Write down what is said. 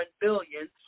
billion